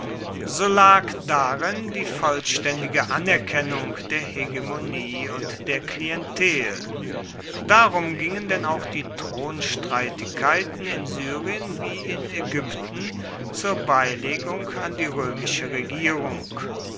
so lag da in die vollständige anerkennung der hegemonie und der klientel darum gingen denn auch die thronstreitigkeiten in syrien wie in ägypten zur beilegung an die römische regierung